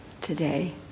today